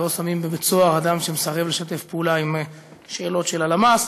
לא שמים בבית-סוהר אדם שמסרב לשתף פעולה עם שאלות של הלמ"ס,